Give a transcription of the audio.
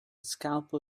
scalpel